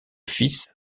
fils